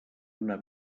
una